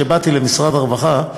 כשבאתי למשרד הרווחה,